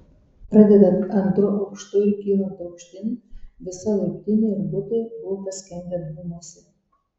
pradedant antru aukštu ir kylant aukštyn visa laiptinė ir butai buvo paskendę dūmuose